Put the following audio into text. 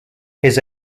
his